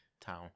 town